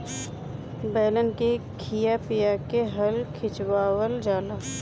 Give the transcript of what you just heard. बैलन के खिया पिया के हल खिचवावल जाला